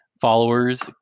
Followers